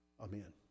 amen